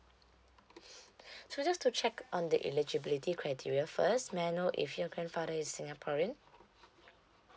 so just to check on the eligibility criteria first may I know if your grandfather is singaporean